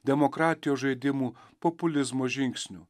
demokratijos žaidimų populizmo žingsnių